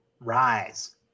Rise